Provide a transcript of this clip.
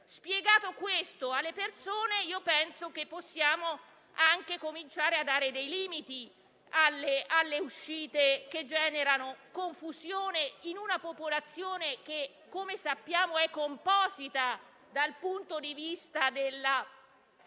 Spiegato questo alle persone, penso che possiamo anche cominciare a dare limiti alle uscite che generano confusione in una popolazione che, come sappiamo, è composita dal punto di vista della